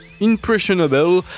Impressionable